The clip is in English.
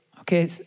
okay